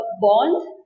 bond